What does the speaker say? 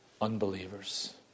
unbelievers